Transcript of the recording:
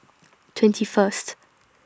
twenty First